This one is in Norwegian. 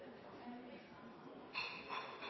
Henriksen